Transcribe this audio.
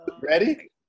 Ready